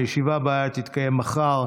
הישיבה הבאה תתקיים מחר,